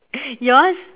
yours